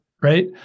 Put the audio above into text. right